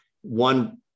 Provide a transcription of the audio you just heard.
one